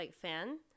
fan